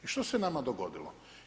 I što se nama dogodilo?